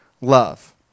love